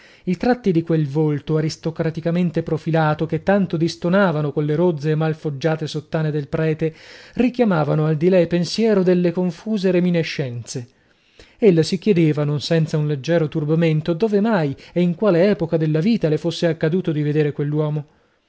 i tratti di quel volto aristocraticamente profilato che tanto distonavano colle rozze e mal foggiate sottane del prete richiamavano al di lei pensiero delle confuse reminiscenze ella si chiedeva non senza un leggero turbamento dove mai e in quale epoca della vita le fosse accaduto di vedere quell'uomo